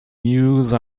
meuse